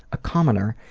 a commoner,